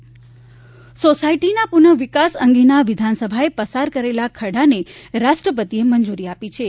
flat સુધારા વિધેયક સોસાયટીના પુનઃવિકાસ અંગેના વિધાનસભાએ પસાર કરેલા ખરડાને રાષ્ટ્રપતિએ મંજુરી આપી છે